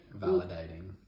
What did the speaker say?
validating